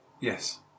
Yes